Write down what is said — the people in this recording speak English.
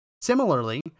Similarly